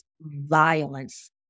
violence